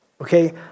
Okay